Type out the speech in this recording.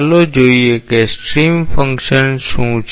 ચાલો જોઈએ કે સ્ટ્રીમ ફંક્શન શું છે